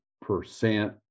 percent